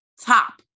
top